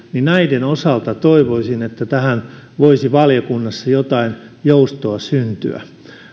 näiden osalta toivoisin että tähän voisi valiokunnassa jotain joustoa syntyä